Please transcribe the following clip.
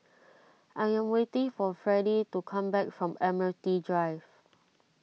I am waiting for Freddie to come back from Admiralty Drive